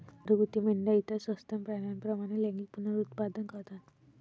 घरगुती मेंढ्या इतर सस्तन प्राण्यांप्रमाणे लैंगिक पुनरुत्पादन करतात